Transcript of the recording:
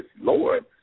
Lord